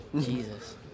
Jesus